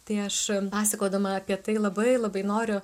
tai aš pasakodama apie tai labai labai noriu